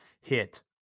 hit